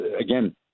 again